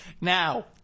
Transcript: Now